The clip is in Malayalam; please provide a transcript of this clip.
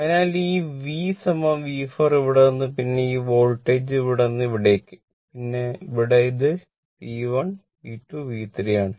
അതിനാൽ ഈ V V4 ഇവിടെ നിന്ന് പിന്നെ ഈ വോൾട്ടേജും ഇവിടെ നിന്ന് ഇവിടേക്ക് ഇത് V1 V2 V3 ആണ്